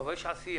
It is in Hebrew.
אבל יש עשייה.